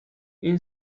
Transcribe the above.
این